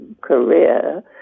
career